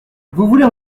voulez